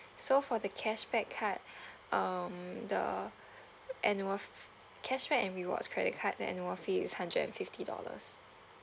so for the cashback card um the annual f~ f~ cashback and rewards credit card the annual fee is hundred and fifty dollars